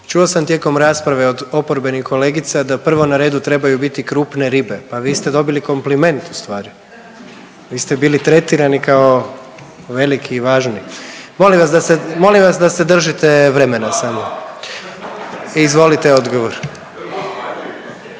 čuo sam tijekom rasprave od oporbenih kolegica da prvo na redu trebaju biti krupne ribe, pa vi ste dobili kompliment ustvari, vi ste bili tretirani kao veliki i važni. Molim vas da se držite vremena samo. Izvolite odgovor.